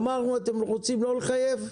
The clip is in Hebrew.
אמרנו: אם אתם רוצים לא לחייב,